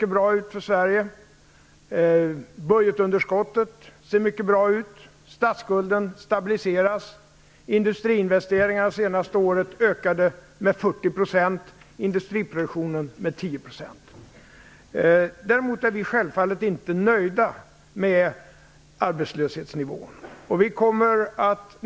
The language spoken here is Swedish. Beträffande inflationen och budgetunderskottet ser det mycket bra ut för Sverige. Statsskulden stabiliseras. Industriinvesteringarna under det senaste året ökade med 40 % och industriproduktionen med 10 %. Självfallet är vi inte nöjda med arbetslöshetsnivån.